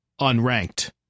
unranked